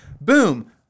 Boom